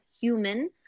human